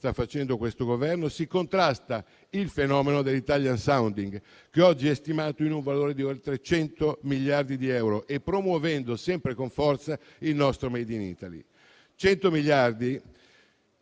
facendo questo Governo, si contrasta il fenomeno dell'*italian sounding*, che oggi è stimato in un valore di oltre 100 miliardi di euro, e promuovendo sempre con forza il nostro *made in Italy*. Sono 100 miliardi